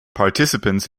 participants